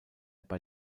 bei